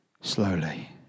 slowly